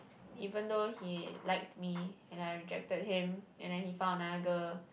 even though he liked me and I rejected him and then he found another girl